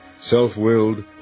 self-willed